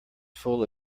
full